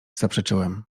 zaprzeczyłem